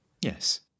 Yes